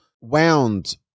wound